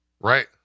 Right